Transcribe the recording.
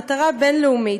מטרה בין-לאומית.